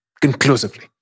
conclusively